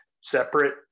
separate